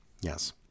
Yes